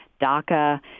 DACA